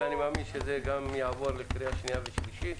ואני מאמין שזה גם יעבור לקריאה שנייה ושלישית.